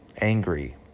angry